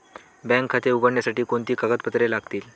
Bank खाते उघडण्यासाठी कोणती कागदपत्रे लागतील?